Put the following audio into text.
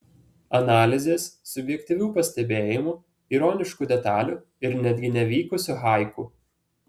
analizės subjektyvių pastebėjimų ironiškų detalių ir netgi nevykusių haiku